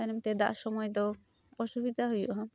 ᱛᱟᱭᱱᱚᱢᱛᱮ ᱫᱟᱜ ᱥᱚᱢᱚᱭ ᱫᱚ ᱚᱥᱩᱵᱤᱛᱟ ᱦᱩᱭᱩᱜᱼᱟ